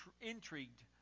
intrigued